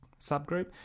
subgroup